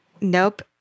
Nope